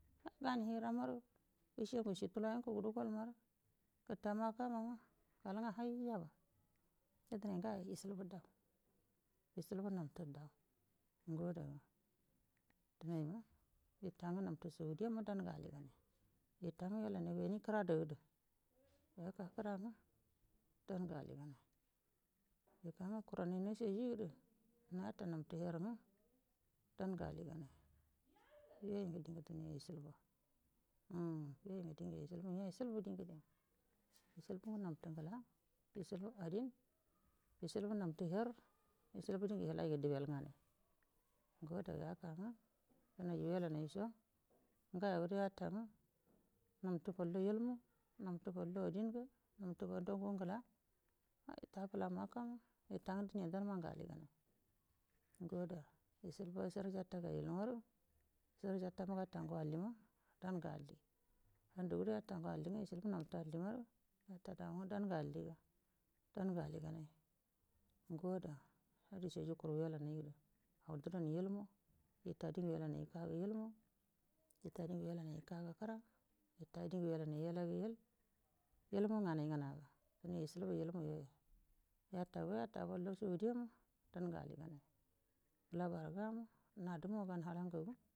Gani hijira mari kega tulai maro gani hugudu gau mai ita makkamaru galaga hai mare yo dinai wuto dan hgaco wucilbu dau wucal naftan dau ngo adege denai nge nafti shai e munge alligan geta nge wellauyu kuradi ngo yo adea dan ge alligan nge kanga kuron ichaiyingede nata nun tebir nge dan gi alligan ngo yo wangi iceguga ikugi nafti ngela ukulgi nafti adin ngo adea dan die wellainaco ngoyo gudo wutange nanti fullow ilmu nafti follow nge adingo nafti na gulaka makkange wal dange alligan ngo adea dogudo gata gamai ronge yo gantagu gu allinage dan nge alli dan geta ngu allinga naftidan nge alliga dangi alligangu ngo adea ciju kuron yellai gede dan yen ilmu yellaimu gen ilmu, nganau ngena yo yu ilmu yel saudiyan nge alliyen nabagan nadunmu gan hala ngagu.